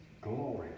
Glory